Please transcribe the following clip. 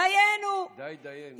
דיינו,